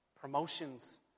promotions